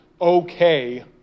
okay